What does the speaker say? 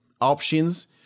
options